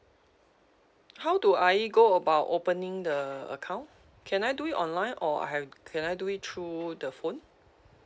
how do I go about opening the account can I do it online or I can I do it through the phone